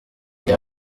reba